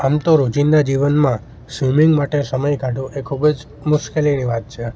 આમ તો રોજિંદા જીવનમાં સ્વિમિંગ માટે સમય કાઢવો એ ખૂબ જ મુશ્કેલીની વાત છે